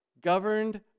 governed